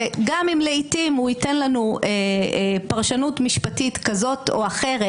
וגם אם לעתים הוא ייתן לנו פרשנות משפטית כזאת או אחרת,